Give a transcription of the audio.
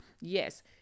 Yes